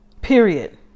period